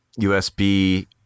USB